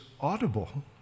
audible